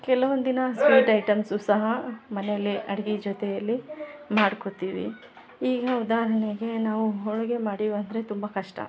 ಕೆಲವೊಂದ್ ದಿನ sweet items ಸಹ ಮನೆಯಲ್ಲಿಯೇ ಅಡುಗೆ ಜೊತೆಯಲ್ಲಿ ಮಾಡ್ಕೋತೀವಿ ಈಗ ಉದಾಹರಣೆಗೆ ನಾವು ಹೋಳಿಗೆ ಮಾಡೀವಿ ಅಂದರೆ ತುಂಬ ಕಷ್ಟ